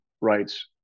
rights